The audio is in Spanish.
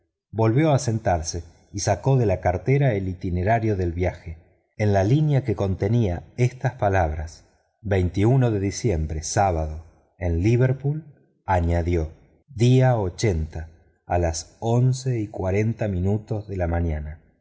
volvió a sentarse y sacó de la cartera el itinerario del viaje en la línea que contenía estas palabras de diciembre sábado en liverpool añadió día a las once y cuarenta minutos de la mañana